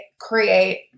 create